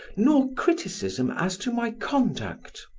nor criticism as to my conduct.